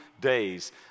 days